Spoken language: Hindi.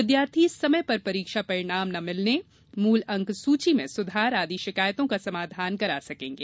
विद्यार्थी समय पर परीक्षा परिणाम न मिलने मूल अंकसूची अंकसूची में सुधार आदि शिकायतों का समाधान कर सकेंगे